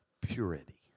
purity